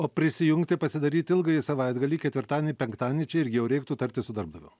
o prisijungt ir pasidaryt ilgąjį savaitgalį ketvirtadienį penktadienį čia ir jau reiktų tartis su darbdaviu